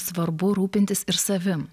svarbu rūpintis ir savim